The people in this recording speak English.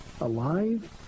alive